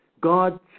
God